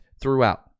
throughout